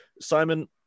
Simon